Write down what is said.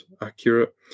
accurate